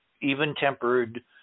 even-tempered